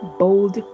bold